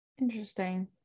Interesting